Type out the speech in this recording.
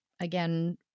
again